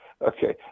Okay